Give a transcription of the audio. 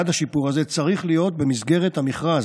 בעד השיפור הזה, צריך להיות במסגרת המכרז,